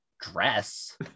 dress